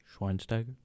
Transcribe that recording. Schweinsteiger